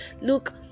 Look